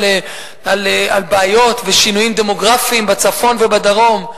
בעיות ושינויים דמוגרפיים בצפון ובדרום.